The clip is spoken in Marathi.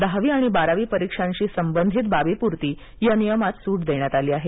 दहावी आणि बारावी परीक्षांशी संबंधित बाबीपुरती या नियमात सूट देण्यात आली आहे